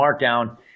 markdown